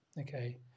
okay